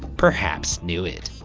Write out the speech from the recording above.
perhaps, knew it.